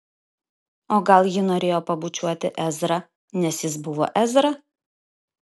o gal ji norėjo pabučiuoti ezrą nes jis buvo ezra